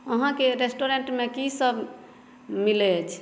अहाँके रेस्टोरेन्टमे की सभ मिलै अछि